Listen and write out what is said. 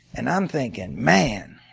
and i'm thinking, man,